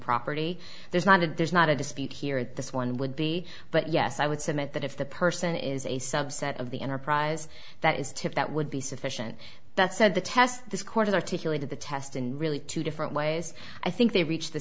property there's not a does not a dispute here at this one would be but yes i would submit that if the person is a subset of the enterprise that is tip that would be sufficient that said the test this court articulated the test in really two different ways i think they reach the